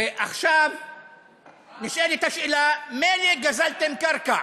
עכשיו נשאלת השאלה, מילא, גזלתם קרקע,